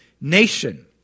nation